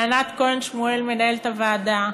לענת כהן שמואל, מנהלת הוועדה,